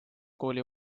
kooli